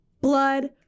blood